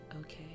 okay